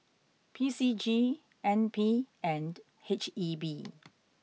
P C G N P and H E B